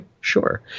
sure